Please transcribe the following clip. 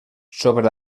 sobre